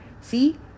See